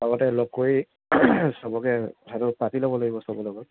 আগতে লগ কৰি সবকে কথাটো পাতি ল'ব লাগিব সবৰ লগত